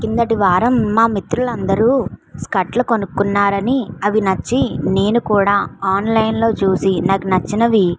కిందటి వారం మా మిత్రులు అందరు స్కర్ట్లు కొనుక్కున్నారని అవి నచ్చి నేను కూడా ఆన్లైన్లో చూసి నాకు నచ్చినవి